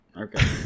Okay